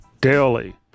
daily